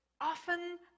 often